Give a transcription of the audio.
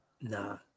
Nah